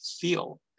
feel